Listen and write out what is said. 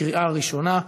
בקריאה ראשונה.